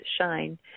shine